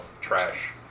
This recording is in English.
Trash